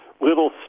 little